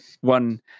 one